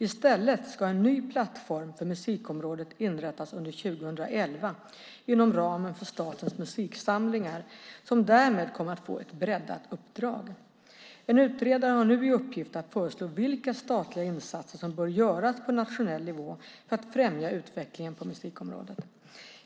I stället ska en ny plattform för musikområdet inrättas under 2011 inom ramen för Statens musiksamlingar, som därmed kommer att få ett breddat uppdrag. En utredare har nu i uppgift att föreslå vilka statliga insatser som bör göras på nationell nivå för att främja utvecklingen på musikområdet.